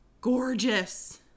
gorgeous